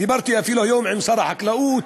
דיברתי היום אפילו עם שר החקלאות,